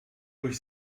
durch